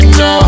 no